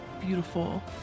beautiful